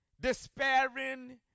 despairing